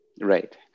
right